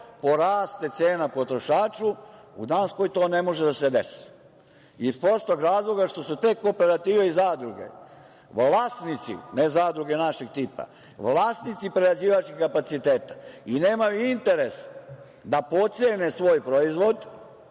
poraste cena potrošaču.U Danskoj to ne može da se desi iz prostog razloga što su te kooperative i zadruge vlasnici, ne zadruge našeg tipa, prerađivačkih kapaciteta i nemaju interes da potcene svoj proizvod,